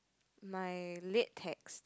my lit text